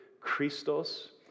Christos